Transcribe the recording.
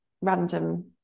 random